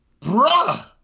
Bruh